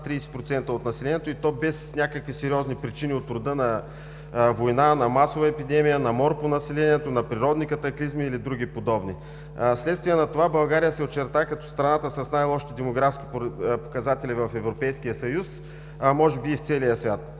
30% от населението и то без някакви сериозни причини от рода на война, на масова епидемия, на мор по населението, на природни катаклизми или други подобни. Вследствие на това България се очерта като страната с най лошите демографски показатели в Европейския съюз, а може би и в целия свят,